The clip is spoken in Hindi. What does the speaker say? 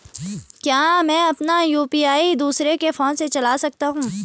क्या मैं अपना यु.पी.आई दूसरे के फोन से चला सकता हूँ?